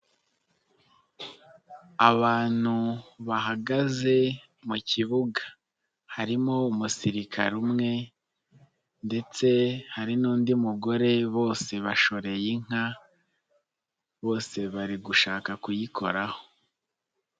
Abantu bahagaze mu kibuga harimo umusirikare umwe ndetse hari n'undi mugore, bose bashoreye inka, bose bari gushaka kuyikoraho.